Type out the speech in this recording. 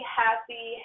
happy